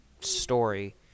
story